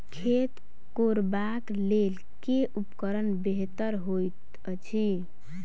खेत कोरबाक लेल केँ उपकरण बेहतर होइत अछि?